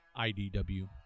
IDW